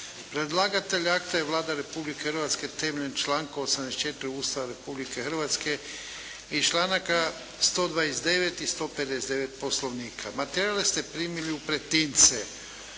Predlagatelj akta je Vlada Republike Hrvatske. Temeljem članka 84. Ustava Republike Hrvatske i članaka 129. i 159. Poslovnika. Materijale ste primili u pretince.